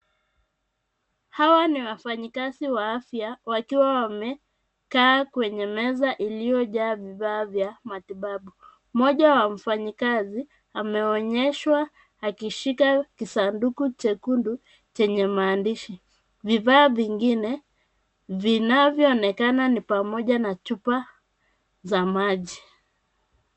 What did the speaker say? Hawa ni wafanyikazi wa afya wakiwa wamekaa kwenye meza iliyojaa bidhaa vya matibabu. Mmoja wa mfanyikazi ameonyeshwa akishika kisanduku chekundu chenye maandishi. Vifaa vingine vinavyoonekana ni pamoja na chupa za maji.